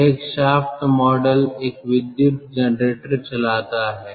यह एक shaft model एक विद्युत जनरेटर चलाता है